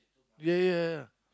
ya ya ya